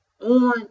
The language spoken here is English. on